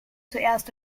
zuerst